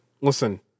Listen